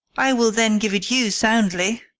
i will then give it you soundly.